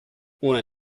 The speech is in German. ohne